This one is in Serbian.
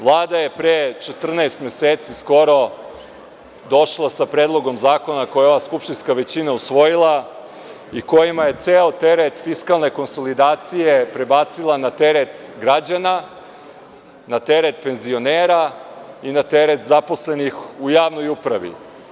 Vlada je pre 14 meseci skoro došla sa Predlogom zakona koji je ova skupštinska većina usvojila i kojim je ceo teret fiskalne konsolidacije prebacila na teret građana, na teret penzionera i na teret zaposlenih u javnoj upravi.